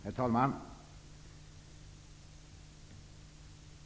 Herr talman!